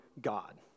God